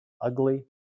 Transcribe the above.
ugly